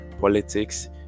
politics